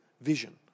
vision